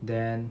then